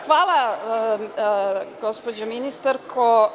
Hvala, gospođo ministarko.